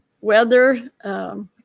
Weather